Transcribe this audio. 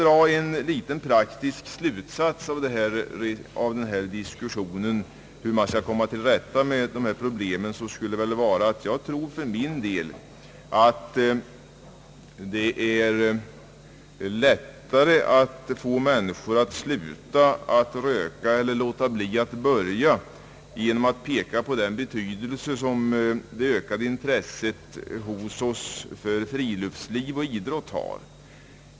Som en liten praktisk detalj i diskussionen om hur man skall komma till rätta med dessa problem vill jag peka på den betydelse som det ökade intresset för friluftsliv och idrott har.